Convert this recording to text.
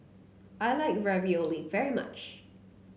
I like Ravioli very much